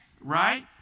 right